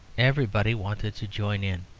everybody wanted to join in